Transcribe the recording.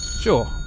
Sure